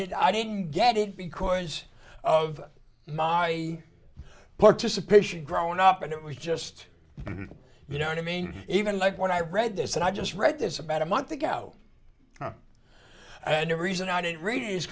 did i didn't get it because of my participation growing up and it was just you know i mean even like when i read this and i just read this about a month ago and the reason i didn't read it is